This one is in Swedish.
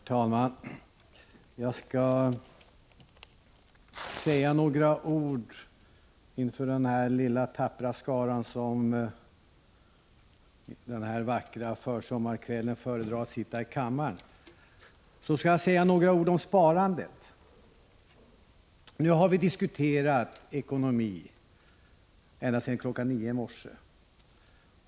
Herr talman! Jag skall säga några ord till den lilla tappra skara som denna vackra försommarkväll föredrar att sitta här i kammaren. Först ett par ord om sparandet. Nu har vi diskuterat ekonomi ända sedan kl. 9.00 i morse.